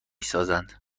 سازند